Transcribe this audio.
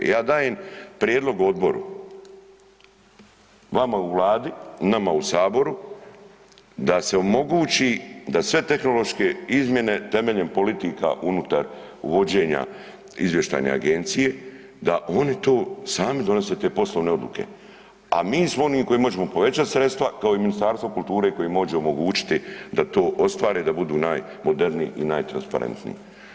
Ja dajem prijedlog odboru, vama u vladi, nama u saboru da se omogući da sve tehnološke izmjene temeljem politika unutar vođenja izvještajne agencije da oni to sami donose te poslovne odluke, a mi smo oni koji možemo povećat sredstva, kao i Ministarstvo kulture koji može omogućiti da to ostvare, da budu najmoderniji i najtransparentniji.